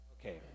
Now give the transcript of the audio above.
okay